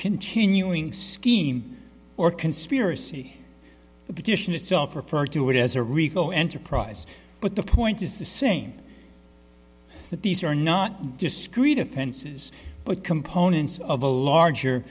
continuing scheme or conspiracy the petition itself referred to it as a rico enterprise but the point is the same that these are not discrete offenses but components of a larger